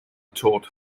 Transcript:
taught